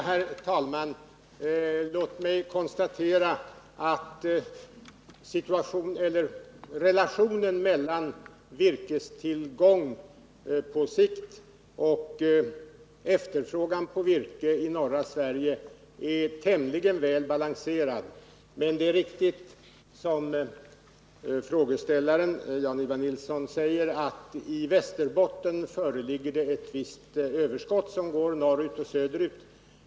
Herr talman! Låt mig konstatera att relationen mellan virkestillgång på sikt och efterfrågan på virke i norra Sverige är tämligen väl balanserad. Men det är riktigt som frågeställaren Jan-Ivan Nilsson säger, att det i Västerbotten föreligger ett visst överskott som förs ut ur länet norrut och söderut.